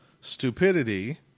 stupidity